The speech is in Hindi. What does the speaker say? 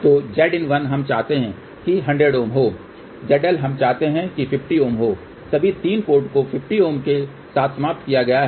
तो Zin1 हम चाहते हैं कि 100 Ω हो ZL हम जानते हैं कि 50 Ω है सभी 3 पोर्ट को 50 Ω के साथ समाप्त किया गया है